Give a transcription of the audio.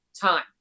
time